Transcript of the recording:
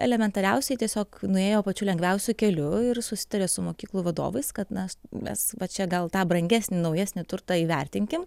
elementariausiai tiesiog nuėjo pačiu lengviausiu keliu ir susitarė su mokyklų vadovais kad na mes va čia gal tą brangesnį naujesnį turtą įvertinkim